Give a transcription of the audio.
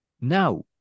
now